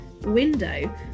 window